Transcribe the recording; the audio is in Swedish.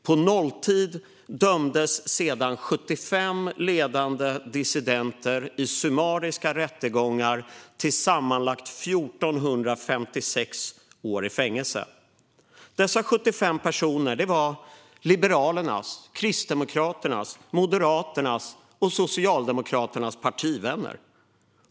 På nolltid dömdes sedan 75 ledande dissidenter i summariska rättegångar till sammanlagt 1 456 år i fängelse. Dessa 75 personer var Liberalernas, Kristdemokraternas, Moderaternas och Socialdemokraternas partivänner.